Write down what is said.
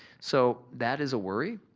so, that is a worry.